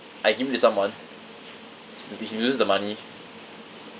I give it to someone he l~ he loses the money